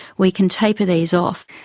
we can taper these off.